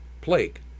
plague